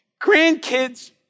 Grandkids